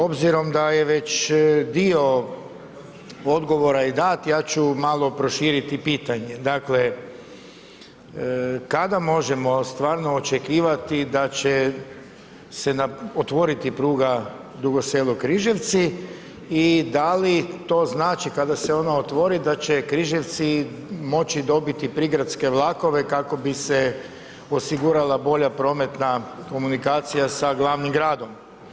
Obzirom da je već dio odgovora i dat ja ću malo proširiti pitanje, dakle kada možemo stvarno očekivati da će se otvoriti pruga Dugo Selo-Križevci i da li to znači kada se ona otvori da će Križevci moći dobiti prigradske vlakove kako bi se osigurala bolja prometna komunikacija sa glavnim gradom?